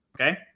okay